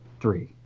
three